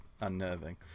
unnerving